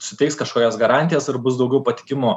suteiks kažkokias garantijas ir bus daugiau patikimumo